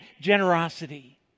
generosity